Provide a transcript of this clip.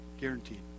Guaranteed